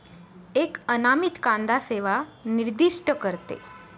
एक अनामित कांदा सेवा निर्दिष्ट करते